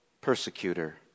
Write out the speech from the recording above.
persecutor